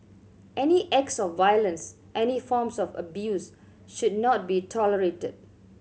any acts of violence any forms of abuse should not be tolerated